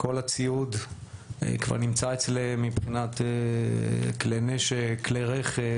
כל הציוד כבר נמצא אצלם מבחינת כלי נשק, כלי רכב.